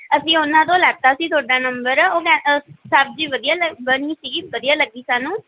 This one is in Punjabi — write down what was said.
ਅਸੀਂ ਉਹਨਾਂ ਤੋਂ ਲਿੱਤਾ ਸੀ ਤੁਹਾਡਾ ਨੰਬਰ ਉਹ ਕਹਿ ਸਬਜ਼ੀ ਵਧੀਆ ਲ ਬਣੀ ਸੀਗੀ ਵਧੀਆ ਲੱਗੀ ਸਾਨੂੰ